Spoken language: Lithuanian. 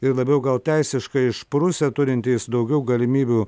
ir labiau gal teisiškai išprusę turintys daugiau galimybių